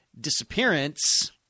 Disappearance